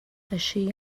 així